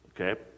Okay